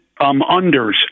unders